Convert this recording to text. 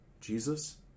Jesus